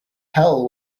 hell